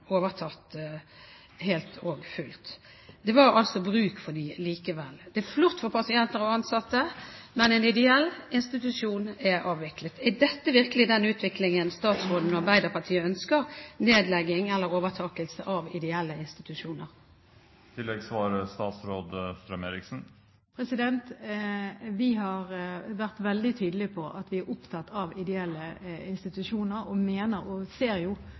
overtatt helt og fullt. Det var altså bruk for dem likevel. Det er flott for pasienter og ansatte, men en ideell institusjon er avviklet. Er dette virkelig den utviklingen statsråden og Arbeiderpartiet ønsker: nedlegging eller overtakelse av ideelle institusjoner? Vi har vært veldig tydelige på at vi er opptatt av ideelle institusjoner. Vi ser jo